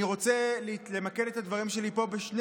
אני רוצה למקד את הדברים שלי פה בשני